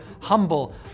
humble